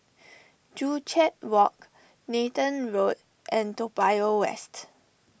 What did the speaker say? Joo Chiat Walk Nathan Road and Toa Payoh West